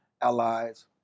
allies